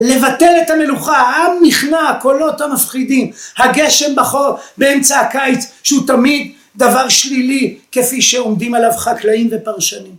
לבטל את המלוכה, העם נכנע, הקולות המפחידים, הגשם באמצע הקיץ, שהוא תמיד דבר שלילי כפי שעומדים עליו חקלאים ופרשנים.